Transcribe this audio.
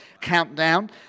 countdown